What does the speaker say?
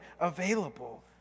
available